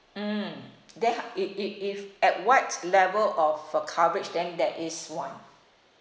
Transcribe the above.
mm then ho~ i~ i~ if at what level of uh coverage then there is one